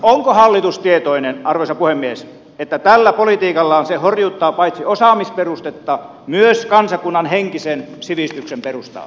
onko hallitus tietoinen arvoisa puhemies että tällä politiikallaan se horjuttaa paitsi osaamisperustetta myös kansakunnan henkisen sivistyksen perustaa